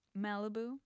Malibu